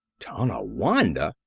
tonawanda!